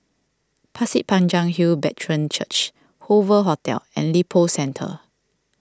Pasir Panjang Hill Brethren Church Hoover Hotel and Lippo Centre